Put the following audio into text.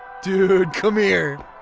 dude! come here!